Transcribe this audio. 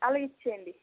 అవి ఇచ్చేయండి